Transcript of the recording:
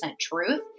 truth